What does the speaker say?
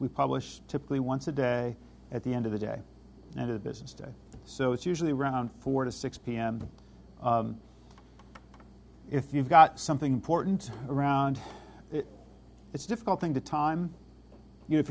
we publish typically once a day at the end of the day and a business day so it's usually around four to six pm if you've got something important around it it's a difficult thing to time you if